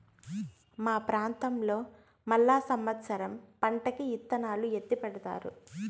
మా ప్రాంతంలో మళ్ళా సమత్సరం పంటకి ఇత్తనాలు ఎత్తిపెడతారు